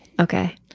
Okay